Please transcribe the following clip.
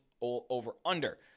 over-under